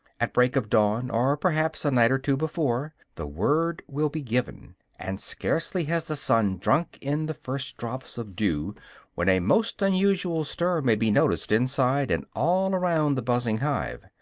at break of dawn, or perhaps a night or two before, the word will be given and scarcely has the sun drunk in the first drops of dew when a most unusual stir may be noticed inside and all around the buzzing hive.